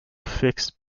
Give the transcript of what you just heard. fixed